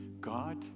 God